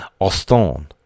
Austin